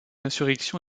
insurrection